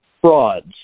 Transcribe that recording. frauds